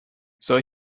soll